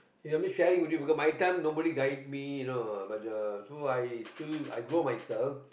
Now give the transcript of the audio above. let me sharing with you because my time nobody guide me you know uh but the I still so I grow myself